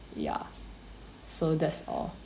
ya so that's all